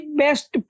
best